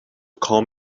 call